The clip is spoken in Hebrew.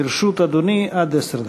לרשות אדוני עד עשר דקות.